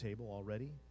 already